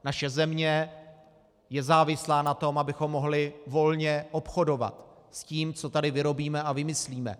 Naše země je závislá na tom, abychom mohli volně obchodovat s tím, co tady vyrobíme a vymyslíme.